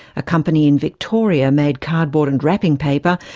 a company in victoria made cardboard and wrapping paper,